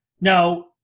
Now